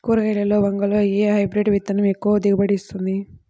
కూరగాయలలో వంగలో ఏ హైబ్రిడ్ విత్తనం ఎక్కువ దిగుబడిని ఇస్తుంది?